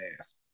ass